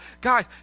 Guys